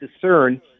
discern